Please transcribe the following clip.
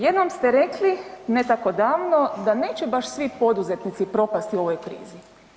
Jednom ste rekli, ne tako davno, da neće baš svi poduzetnici propasti u ovoj krizi.